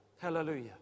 Hallelujah